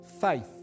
faith